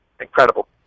incredible